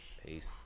Peace